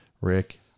Rick